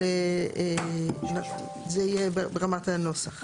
אבל זה יהיה ברמת הנוסח.